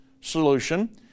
solution